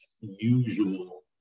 usual